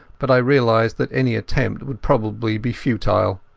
but i realized that any attempt would probably be futile.